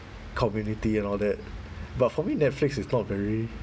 community and all that but for me netflix is not very